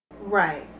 Right